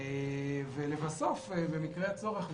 ולבסוף במקרה הצורך,